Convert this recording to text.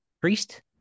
Priest